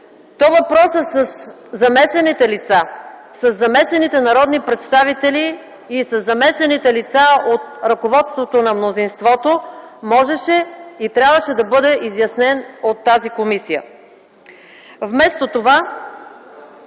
то въпросът със замесените лица, със замесените народни представители и със замесените лица от ръководството на мнозинството можеше и трябваше да бъде изяснен от тази комисия. Вместо това